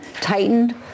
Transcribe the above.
tightened